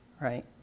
right